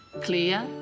clear